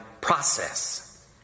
process